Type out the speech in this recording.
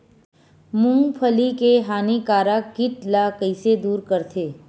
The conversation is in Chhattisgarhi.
मूंगफली के हानिकारक कीट ला कइसे दूर करथे?